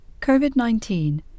COVID-19